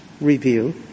review